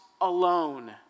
alone